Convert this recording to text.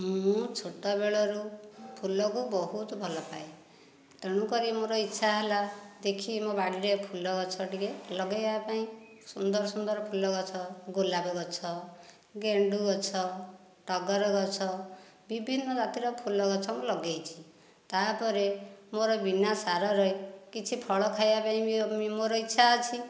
ମୁଁ ଛୋଟବେଳରୁ ଫୁଲକୁ ବହୁତ ଭଲ ପାଏ ତେଣୁକରି ମୋର ଇଛା ହେଲା ଦେଖି ମୋ ବାଡ଼ିରେ ଫୁଲଗଛ ଟିକିଏ ଲଗାଇବା ପାଇଁ ସୁନ୍ଦର ସୁନ୍ଦର ଫୁଲ ଗଛ ଗୋଲାପ ଗଛ ଗେଣ୍ଡୁ ଗଛ ଟଗର ଗଛ ବିଭିନ୍ନ ଜାତିର ଫୁଲ ଗଛ ମୁଁ ଲଗାଇଛି ତାପରେ ମୋର ବିନା ସାରରେ କିଛି ଫଳ ଖାଇବା ପାଇଁ ବି ମୋର ଇଛା ଅଛି